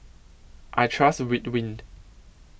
I Trust Ridwind